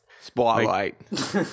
Spotlight